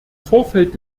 vorfeld